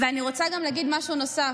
אני רוצה להגיד משהו נוסף,